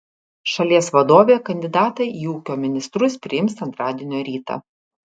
šalies vadovė kandidatą į ūkio ministrus priims antradienio rytą